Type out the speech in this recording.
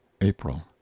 april